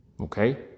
Okay